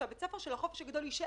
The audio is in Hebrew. אני מבקשת שגם זאת סוגיה שתיפתר.